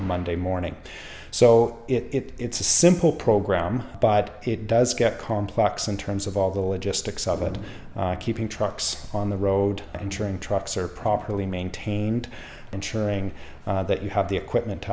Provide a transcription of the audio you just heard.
monday morning so it's a simple program but it does get complex in terms of all the logistics of it keeping trucks on the road and ensuring trucks are properly maintained ensuring that you have the equipment to